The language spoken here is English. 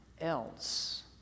else